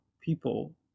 people